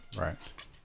Right